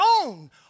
own